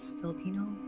Filipino